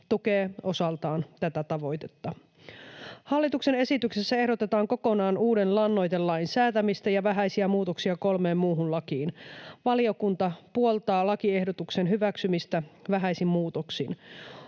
tukee osaltaan tätä tavoitetta. Hallituksen esityksessä ehdotetaan kokonaan uuden lannoitelain säätämistä ja vähäisiä muutoksia kolmeen muuhun lakiin. Valiokunta puoltaa lakiehdotuksen hyväksymistä vähäisin muutoksin.